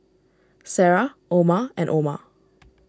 Sarah Omar and Omar